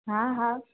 हा हा